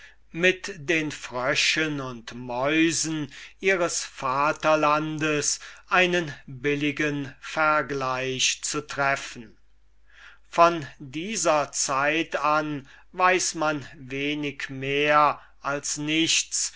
mit den fröschen und ratten ihres vaterlandes einen billigen vergleich zu treffen von dieser zeit an weiß man wenig mehr als nichts